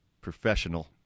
professional